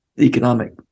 economic